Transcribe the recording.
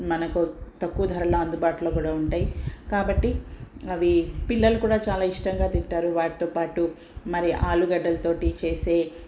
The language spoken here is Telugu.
మనకు తక్కువ ధరల అందుబాటులో కూడా ఉంటాయి కాబట్టి అవి పిల్లలు కూడా చాలా ఇష్టంగా తింటారు వాటితో పాటు మరి ఆలుగడ్డలతో చేసే